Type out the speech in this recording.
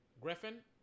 Griffin